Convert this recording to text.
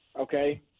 Okay